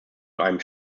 einem